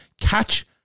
catch